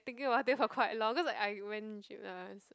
thinking of what they have a quite long because I went gym lah it's